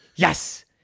Yes